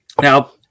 Now